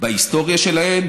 בהיסטוריה שלהם,